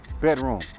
bedroom